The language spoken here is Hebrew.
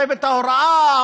צוות ההוראה,